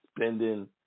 spending